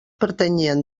pertanyien